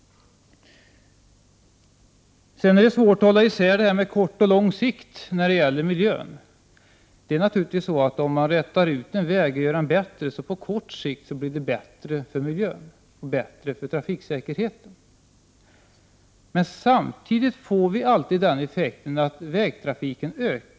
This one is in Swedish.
Vidare är det svårt att hålla isär detta med kort och lång sikt när det gäller miljön. Om man rätar ut en väg och förbättrar denna, innebär det på kort sikt naturligtvis en förbättring ur både miljöoch trafiksäkerhetssynpunkt. Men samtidigt leder detta till en ökad vägtrafik.